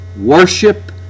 worship